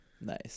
Nice